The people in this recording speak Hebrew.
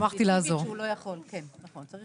צריך